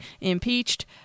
impeached